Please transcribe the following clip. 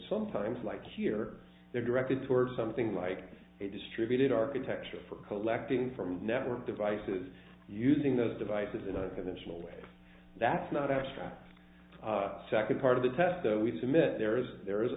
sometimes like here they're directed towards something like a distributed architecture for collecting from network devices using those devices in a conventional way that's not abstract the second part of the test though we submit there is there